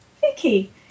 Vicky